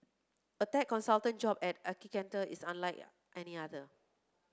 a tech consultant job at Accenture is unlike any other